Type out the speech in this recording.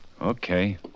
Okay